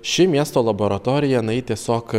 ši miesto laboratorija na ji tiesiog